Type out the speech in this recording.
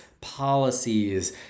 policies